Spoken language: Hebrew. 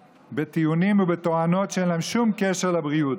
בטיעונים ובתואנות שאין להם שום קשר לבריאות.